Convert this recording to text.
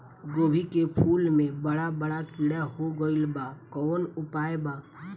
गोभी के फूल मे बड़ा बड़ा कीड़ा हो गइलबा कवन उपाय बा?